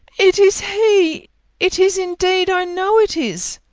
it is he it is indeed i know it is!